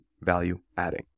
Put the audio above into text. value-adding